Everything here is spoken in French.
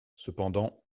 cependant